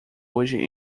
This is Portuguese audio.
hoje